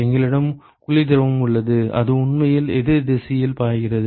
எங்களிடம் குளிர் திரவம் உள்ளது அது உண்மையில் எதிர் திசையில் பாய்கிறது